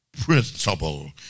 principle